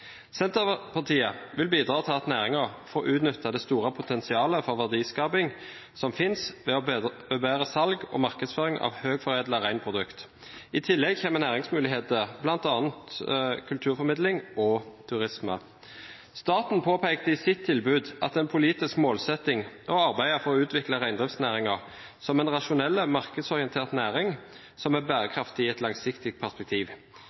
Senterpartiet vil bidra til at næringen får utnyttet det store potensialet for verdiskaping som finnes, ved å bedre salg og markedsføring av høyt foredlede reinprodukter. I tillegg kommer næringsmuligheter, bl.a. kulturformidling og turisme. Staten påpekte i sitt tilbud at en politisk målsetting er å arbeide for å utvikle reindriftsnæringen som en rasjonell, markedsorientert næring, som er bærekraftig i et langsiktig perspektiv.